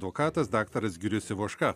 advokatas daktaras girius ivoška